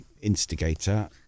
instigator